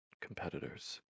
competitors